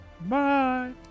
Bye